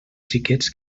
xiquets